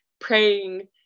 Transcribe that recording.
praying